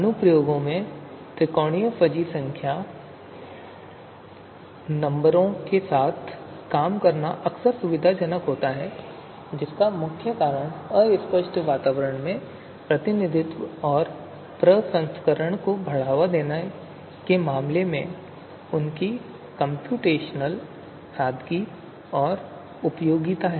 अनुप्रयोगों में त्रिकोणीय फजी नंबरों टीएफएन के साथ काम करना अक्सर सुविधाजनक होता है जिसका मुख्य कारण अस्पष्ट वातावरण में प्रतिनिधित्व और प्रसंस्करण को बढ़ावा देने के मामले में उनकी कम्प्यूटेशनल सादगी और उपयोगिता है